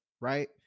right